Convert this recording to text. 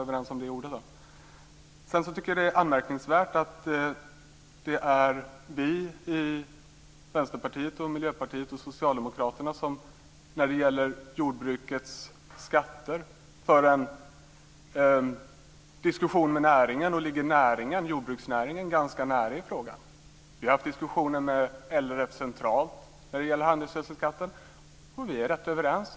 Det är anmärkningsvärt att det är vi i Vänsterpartiet, Miljöpartiet och Socialdemokraterna som när det gäller jordbrukets skatter för en diskussion med näringen och ligger jordbruksnäringen ganska nära i frågan. Vi har haft diskussioner med LRF centralt när det gäller handelsgödselskatten. Vi är rätt överens.